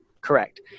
Correct